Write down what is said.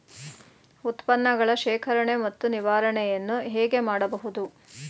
ಉತ್ಪನ್ನಗಳ ಶೇಖರಣೆ ಮತ್ತು ನಿವಾರಣೆಯನ್ನು ಹೇಗೆ ಮಾಡಬಹುದು?